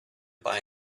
buy